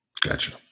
Gotcha